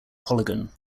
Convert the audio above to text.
polygon